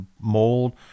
mold